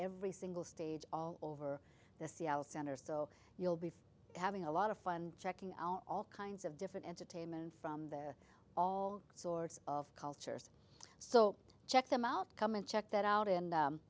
every single stage all over the seattle center so you'll be having a lot of fun checking out all kinds of different entertainment from there all sorts of cultures so check them out come and check that out